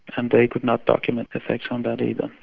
and they could not document effects from that either.